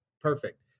perfect